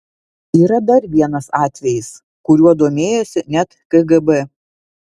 yra dar vienas atvejis kuriuo domėjosi net kgb